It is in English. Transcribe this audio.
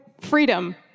freedom